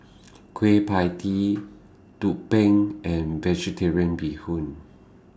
Kueh PIE Tee Tumpeng and Vegetarian Bee Hoon